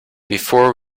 before